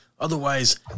Otherwise